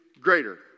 greater